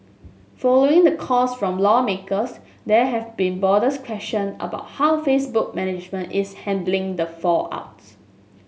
following the calls from lawmakers there have been broader question about how Facebook management is handling the fallout